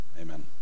Amen